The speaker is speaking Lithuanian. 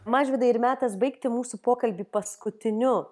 mažvydai ir metas baigti mūsų pokalbį paskutiniu